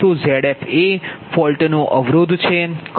તો Zf એ ફોલ્ટનો અવરોધ છે ખરું